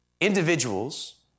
individuals